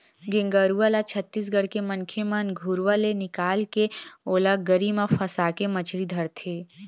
गेंगरूआ ल छत्तीसगढ़ के मनखे मन घुरुवा ले निकाले के ओला गरी म फंसाके मछरी धरथे